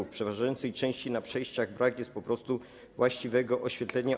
W przeważającej części na przejściach brak po prostu właściwego oświetlenia.